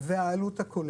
והעלות הכוללת.